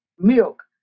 Milk